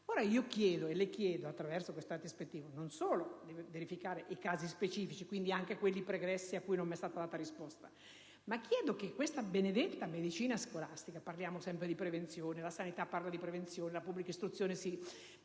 Io chiedo, e le chiedo, attraverso questo atto ispettivo, non solo di verificare i casi specifici e quindi anche quelli pregressi, rispetto ai quali non mi è stata data risposta, ma che questa benedetta medicina scolastica (parliamo sempre di prevenzione: la sanità parla di prevenzione, la pubblica istruzione si